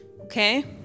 okay